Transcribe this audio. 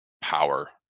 power